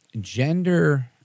gender